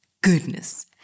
goodness